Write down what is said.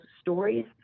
stories